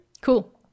Cool